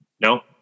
No